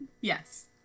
yes